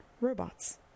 robots